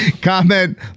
Comment